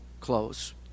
close